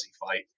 fight